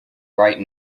write